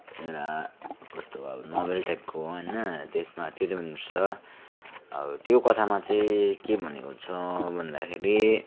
एउटा कस्तो अब नोबल टाइपको हो होइन त्यसमा त्यो चाहिँ मनपर्छ अब त्यो कथामा चाहिँ के भनेको छ भन्दाखेरि